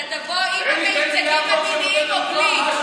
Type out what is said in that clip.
אתה תבוא עם המיצגים המיניים או בלי?